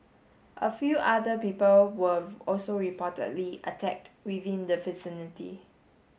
a few other people were also reportedly attacked within the vicinity